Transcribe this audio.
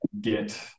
get